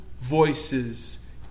voices